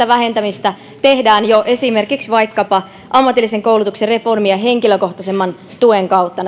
vähentämistä tehdään jo esimerkiksi vaikkapa ammatillisen koulutuksen reformia henkilökohtaisemman tuen kautta